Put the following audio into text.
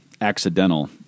accidental